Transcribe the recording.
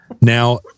Now